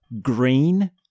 green